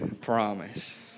Promise